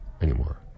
anymore